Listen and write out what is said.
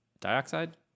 dioxide